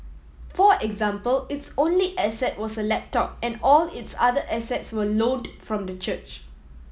for example its only asset was a laptop and all its other assets were loaned from the church